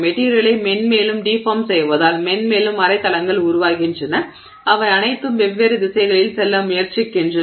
மெட்டிரியலை மென்மேலும் டிஃபார்ம் செய்வதால் மென்மேலும் அரை தளங்கள் உருவாகின்றன அவை அனைத்தும் வெவ்வேறு திசைகளில் செல்ல முயற்சிக்கின்றன